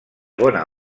bona